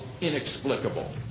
inexplicable